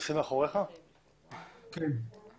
מאוד רגיש אצלנו ואנחנו הרבה